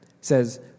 says